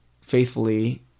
faithfully